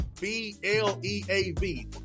B-L-E-A-V